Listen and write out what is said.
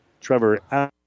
Trevor